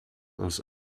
aus